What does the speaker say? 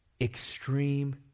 extreme